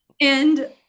and-